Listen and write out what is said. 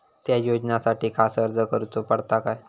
त्या योजनासाठी खास अर्ज करूचो पडता काय?